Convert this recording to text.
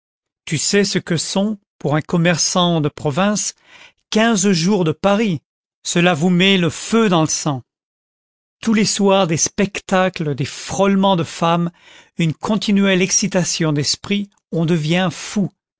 tu sais ce que sont pour un commerçant de province quinze jours de paris cela vous met le feu dans le sang tous les soirs des spectacles des frôlements de femmes une continuelle excitation d'esprit on devient fou